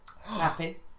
happy